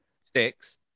sticks